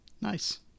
Nice